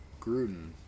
Gruden